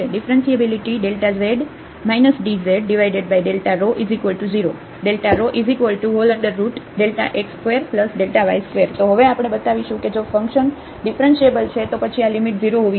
Differentiability ⟺ z dz 0ρx2y2 તો હવે આપણે બતાવીશું કે જો ફંક્શન ડિફરન્ટિએબલ છે તો પછી આ લિમિટ 0 હોવી જોઈએ